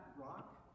rock